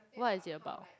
what is it about